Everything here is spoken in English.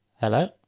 Hello